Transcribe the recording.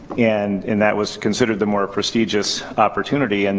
and and that was considered the more prestigious opportunity. and